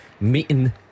meeting